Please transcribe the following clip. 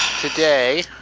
Today